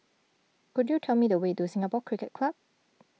could you tell me the way to Singapore Cricket Club